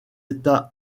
états